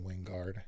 Wingard